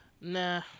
Nah